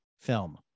film